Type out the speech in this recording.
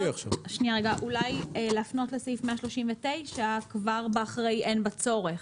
אולי להפנות לסעיף 139 כבר אחרי "אין בה צורך".